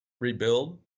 Rebuild